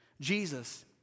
Jesus